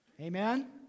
Amen